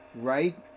right